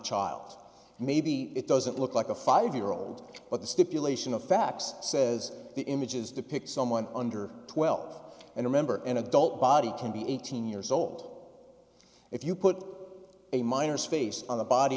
child maybe it doesn't look like a five year old but the stipulation of facts says the images depict someone under twelve and remember an adult body can be eighteen years old if you put a miner's face on the body